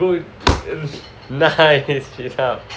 good nice Jun Hup